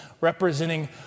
representing